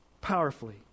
powerfully